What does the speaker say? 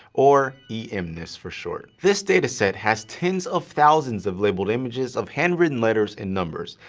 or emnist for short. this dataset has tens of thousands of labeled images of handwritten letters and numbers,